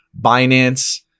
Binance